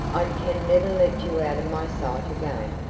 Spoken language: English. i can never let you out of my sight again!